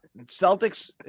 Celtics